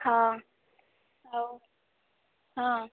ହଁ ଆଉ ହଁ